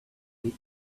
bit